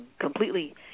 completely